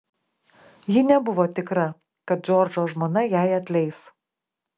ji nebuvo tikra kad džordžo žmona jai atleis